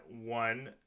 one